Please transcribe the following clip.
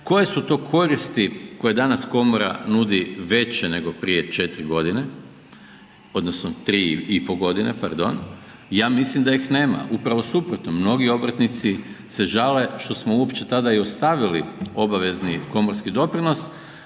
koje su to koristi koje danas komora nudi veće nego prije 4 godine, odnosno 3 i pol godine, pardon? Ja mislim da ih nema, upravo suprotno, mnogi obrtnici se žali što smo uopće tada i ostavili obavezni komorski doprinos,